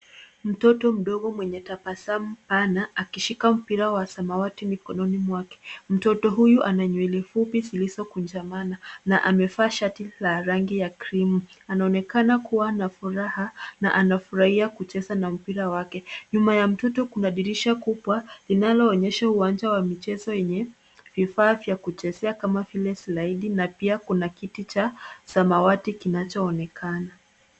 Mtoto mdogo mwenye tabasamu pana akishika mpira wa samawati mikononi mwake. Mtoto huyu ana nywele fupi zilizo kunjamana na amevaa shati la rangi ya krimu. Anaonekana kuwa na furaha na anafurahia kucheza na mpira wake. Nyuma ya mtoto kuna dirisha kubwa linaloonyesha uwanja wa michezo yenye vifaa vya kuchezea kama vile slide na pia kuna kiti cha samawati kinacho onekana.